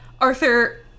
Arthur